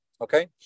Okay